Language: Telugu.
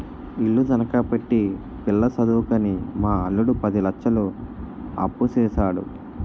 ఇల్లు తనఖా పెట్టి పిల్ల సదువుకని మా అల్లుడు పది లచ్చలు అప్పుసేసాడు